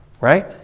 Right